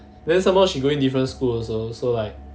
then sometimes she going different school also so like